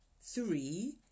Three